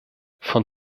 von